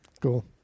cool